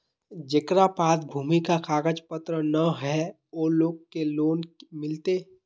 जेकरा पास भूमि का कागज पत्र न है वो लोग के लोन मिलते?